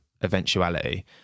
eventuality